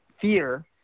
fear